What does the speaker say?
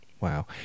Wow